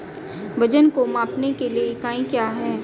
वजन को मापने के लिए इकाई क्या है?